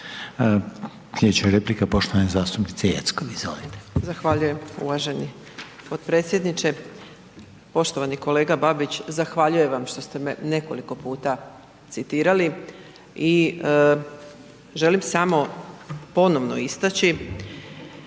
Slijedeća replika je poštovane zastupnice Jeckov. Zahvaljujem. **Jeckov, Dragana (SDSS)** Zahvaljujem uvaženi potpredsjedniče. Poštovani kolega Babić zahvaljujem vam što ste me nekoliko puta citirali i želim samo ponovno istaći